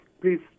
please